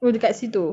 ah